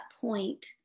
point